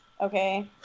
Okay